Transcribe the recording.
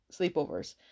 sleepovers